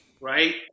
right